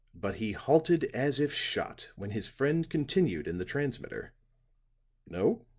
but he halted as if shot when his friend continued in the transmitter no?